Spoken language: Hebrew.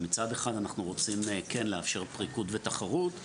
מצד אחד אנחנו רוצים כן לאפשר פריקות ותחרות.